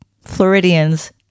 Floridians